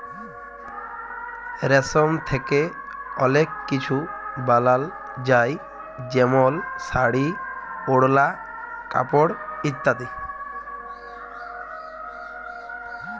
রেশম থ্যাকে অলেক কিছু বালাল যায় যেমল শাড়ি, ওড়লা, কাপড় ইত্যাদি